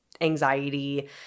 anxiety